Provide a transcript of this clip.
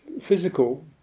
physical